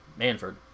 Manford